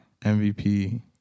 MVP